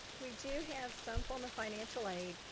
we do have some form of financial aid,